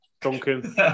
Duncan